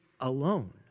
alone